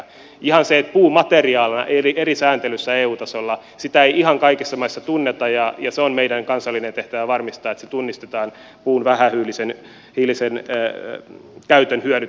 ihan siksi että puuta materiaalina eri sääntelyissä eu tasolla ei ihan kaikissa maissa tunneta on meidän kansallinen tehtävämme varmistaa että se tunnistetaan ja nähdään puun vähähiilisen käytön hyödyt esimerkiksi rakentamisessa